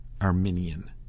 Arminian